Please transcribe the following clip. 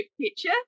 picture